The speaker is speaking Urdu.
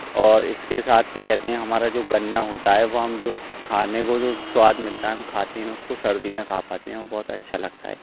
اور اس کے ساتھ کیا کہتے ہیں ہمارا جو گنا ہوتا ہے وہ ہم جو کھانے کو جو سواد ملتا ہے ہم کھاتے ہیں اس کو سردی میں کھا پاتے ہیں وہ بہت اچھا لگتا ہے